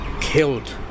killed